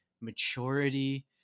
maturity